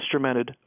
instrumented